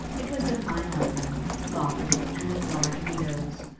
it was a fine old room, lofty, and with large windows,